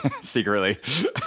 secretly